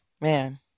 Man